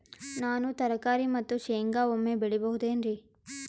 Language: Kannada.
ನಾನು ತರಕಾರಿ ಮತ್ತು ಶೇಂಗಾ ಒಮ್ಮೆ ಬೆಳಿ ಬಹುದೆನರಿ?